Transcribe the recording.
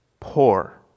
Poor